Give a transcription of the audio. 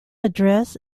address